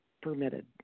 permitted